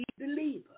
believer